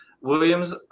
Williams